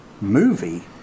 movie